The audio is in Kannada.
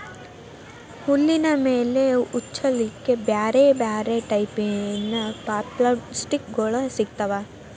ಹುಲ್ಲಿನ ಮೇಲೆ ಹೊಚ್ಚಲಿಕ್ಕೆ ಬ್ಯಾರ್ ಬ್ಯಾರೆ ಟೈಪಿನ ಪಪ್ಲಾಸ್ಟಿಕ್ ಗೋಳು ಸಿಗ್ತಾವ